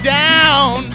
down